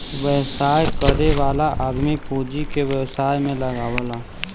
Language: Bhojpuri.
व्यवसाय करे वाला आदमी पूँजी के व्यवसाय में लगावला